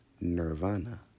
Nirvana